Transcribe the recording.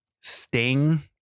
Sting